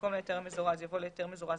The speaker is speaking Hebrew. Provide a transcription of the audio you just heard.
במקום "להיתר המזורז" יבוא "להיתר מזורז